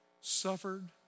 suffered